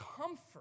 comfort